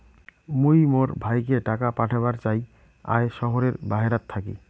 মুই মোর ভাইকে টাকা পাঠাবার চাই য়ায় শহরের বাহেরাত থাকি